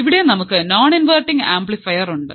ഇവിടെ നമുക്ക് non inverting amplifier ഉണ്ട്